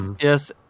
Yes